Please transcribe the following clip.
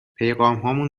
پیغامهامون